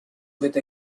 with